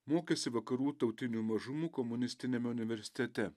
mokėsi vakarų tautinių mažumų komunistiniame universitete